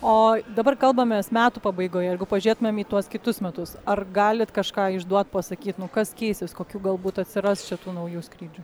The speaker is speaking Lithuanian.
o dabar kalbamės metų pabaigoje jeigu pažiūrėtumėm į tuos kitus metus ar galit kažką išduot pasakyt nu kas keisis kokių galbūt atsiras čia tų naujų skrydžių